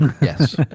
Yes